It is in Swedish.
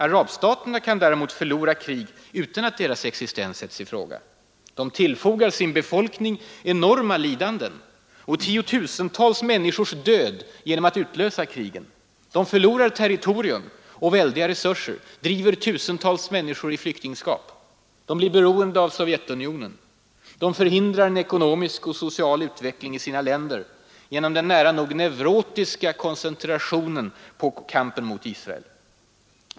Arabstaterna kan däremot förlora krig utan att deras existens sätts i fråga. De tillfogar sin befolkning enorma lidanden och förorsakar tiotusentals människors död genom att utlösa krigen. De förlorar territorium och väldiga resurser, driver tiotusentals människor i flyktingskap. De blir beroende av Sovjetunionen. De förhindrar en ekonomisk och social utveckling i sina länder genom den nära nog neurotiska koncentrationen på kampen mot Israel.